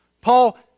Paul